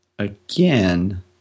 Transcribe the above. Again